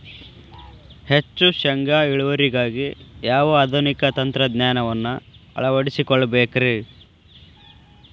ಹೆಚ್ಚು ಶೇಂಗಾ ಇಳುವರಿಗಾಗಿ ಯಾವ ಆಧುನಿಕ ತಂತ್ರಜ್ಞಾನವನ್ನ ಅಳವಡಿಸಿಕೊಳ್ಳಬೇಕರೇ?